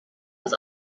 was